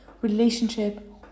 relationship